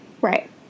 Right